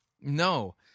no